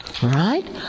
Right